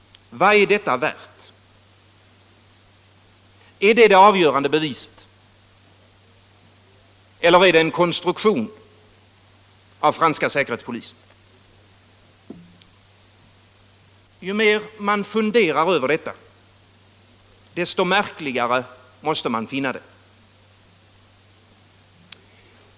Vad är detta värt? Är det det avgörande beviset? Eller är det en konstruktion av franska säkerhetspolisen? Ju mer man funderar över detta, desto märkligare måste man finna det.